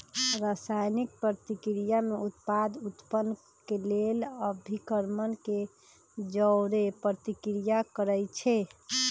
रसायनिक प्रतिक्रिया में उत्पाद उत्पन्न केलेल अभिक्रमक के जओरे प्रतिक्रिया करै छै